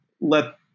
let